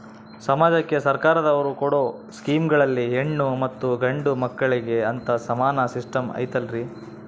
ಸಮಾಜಕ್ಕೆ ಸರ್ಕಾರದವರು ಕೊಡೊ ಸ್ಕೇಮುಗಳಲ್ಲಿ ಹೆಣ್ಣು ಮತ್ತಾ ಗಂಡು ಮಕ್ಕಳಿಗೆ ಅಂತಾ ಸಮಾನ ಸಿಸ್ಟಮ್ ಐತಲ್ರಿ?